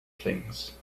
things